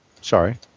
Sorry